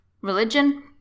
religion